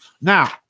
Now